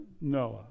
Noah